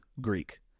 Greek